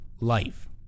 life